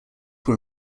were